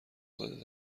زده